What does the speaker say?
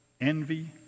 envy